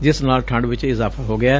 ਜਿਸ ਨਾਲ ਠੰਡ ਵਿਚ ਇਜ਼ਾਫ਼ਾ ਹੋ ਗਿਐ